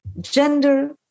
gender